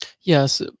yes